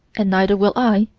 and neither will i,